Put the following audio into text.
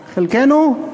חלקנו,